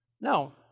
no